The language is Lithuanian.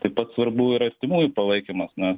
taip pat svarbu ir artimųjų palaikymas na